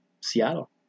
Seattle